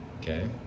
Okay